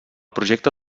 projecte